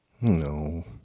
No